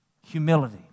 Humility